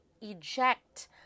eject